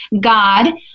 God